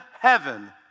heaven